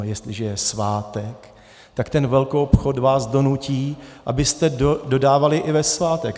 Jestliže je svátek, tak ten velkoobchod vás donutí, abyste dodávali i ve svátek.